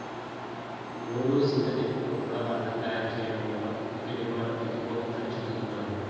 ఊలు, synthetic తో కూడా బట్టని తయారు చెయ్యడం వల్ల పత్తికి డిమాండు తగ్గిపోతందని చెబుతున్నారు